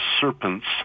serpents